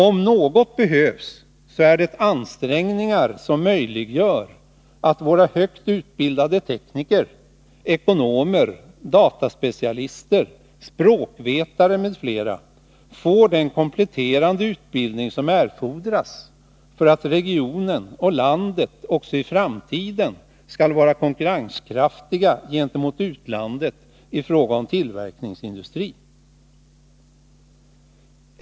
Om något behövs så är det ansträngningar som möjliggör att våra högt utbildade tekniker, ekonomer, dataspecialister, språkvetare m.fl. får den kompletterande utbildning som erfordras för att både regionen och landet också i framtiden skall vara konkurrenskraftiga gentemot utlandet i fråga om tillverkningsindustri.